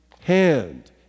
hand